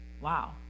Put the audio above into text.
Wow